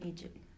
Egypt